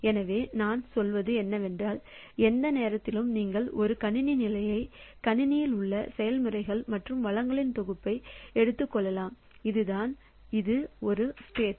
எனவே நான் சொல்வது என்னவென்றால் எந்த நேரத்திலும் நீங்கள் ஒரு கணினி நிலையை கணினியில் உள்ள செயல்முறைகள் மற்றும் வளங்களின் தொகுப்பாக எடுத்துக் கொள்ளலாம் அதுதான் அது ஒரு ஸ்டேட்